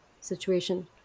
situation